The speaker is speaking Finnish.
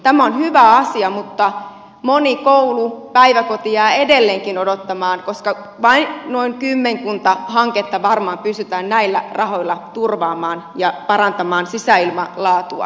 tämä on hyvä asia mutta moni koulu päiväkoti jää edelleenkin odottamaan koska vain noin kymmenkunta hanketta varmaan pystytään näillä rahoilla turvaamaan ja parantamaan sisäilman laatua